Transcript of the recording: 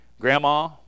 Grandma